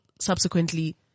subsequently